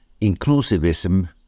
inclusivism